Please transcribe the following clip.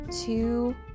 two